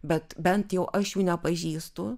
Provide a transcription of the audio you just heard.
bet bent jau aš jų nepažįstu